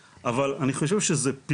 אנחנו יודעים שיש עלייה בהתמכרויות,